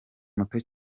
muto